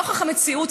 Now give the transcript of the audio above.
לנוכח המציאות,